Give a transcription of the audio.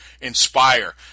inspire